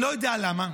אני לא יודע למה,